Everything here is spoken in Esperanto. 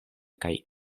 kaj